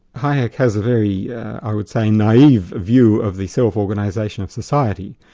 hayek has a very i would say naive view of the self-organisation of society.